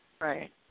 Right